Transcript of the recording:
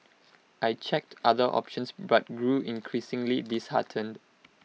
I checked other options but grew increasingly disheartened